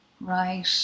Right